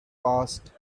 passed